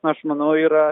aš manau yra